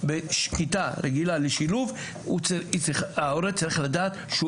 היא אמורה לדעת.